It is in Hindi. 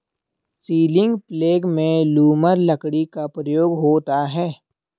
सीलिंग प्लेग में लूमर लकड़ी का प्रयोग होता है